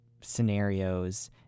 scenarios